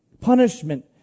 punishment